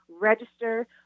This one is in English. register